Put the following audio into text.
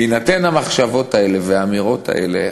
בהינתן המחשבות האלה והאמירות האלה,